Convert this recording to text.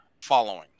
following